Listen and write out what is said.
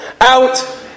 out